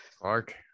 clark